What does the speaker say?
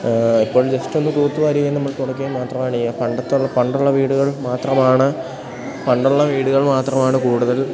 ഇപ്പോൾ ജെസ്റ്റ് ഒന്ന് തൂത്തുവാരുകയും നമ്മൾ തുടക്കയും മാത്രമാണ് ചെയ്യുക പണ്ടത്തുള്ള പണ്ടുള്ള വീടുകൾ മാത്രമാണ് പണ്ടുള്ള വീടുകൾ മാത്രമാണ് കൂടുതൽ